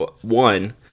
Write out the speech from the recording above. One